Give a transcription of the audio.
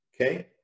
Okay